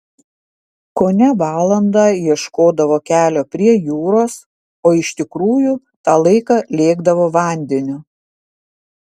kone valandą ieškodavo kelio prie jūros o iš tikrųjų tą laiką lėkdavo vandeniu